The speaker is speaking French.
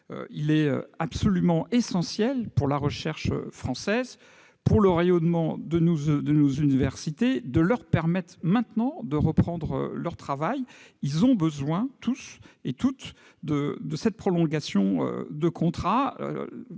Il est absolument essentiel pour la recherche française et pour le rayonnement de nos universités de leur permettre de reprendre leur travail. Toutes et tous ont besoin de cette prolongation de contrat.